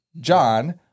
John